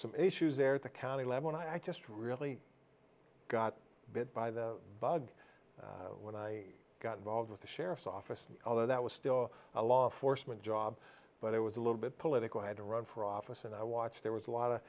some issues there at the county level and i just really got bit by the bug when i got involved with the sheriff's office although that was still a law enforcement job but it was a little bit political i had to run for office and i watched there was a lot